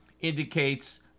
indicates